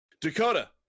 Dakota